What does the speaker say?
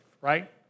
right